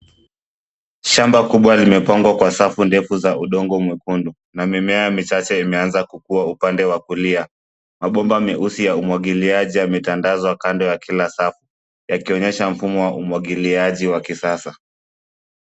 Shamba kubwa limepangwa kwa safu ndefu za udongo mwekundu na mimea michache imeanza kukua upande wa kulia. Mabomba meusi ya umwagiliaji yametandazwa kando ya kila safu yakionyesha mfumo wa umwagiliaji wa kisasa.